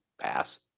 pass